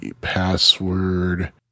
Password